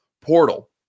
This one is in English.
portal